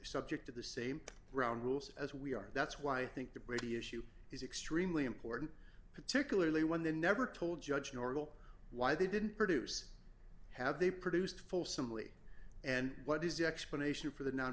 subject to the same ground rules as we are that's why i think the brady issue is extremely important particularly when the never told judge normal why they didn't produce have they produced fulsomely and what is the explanation for the non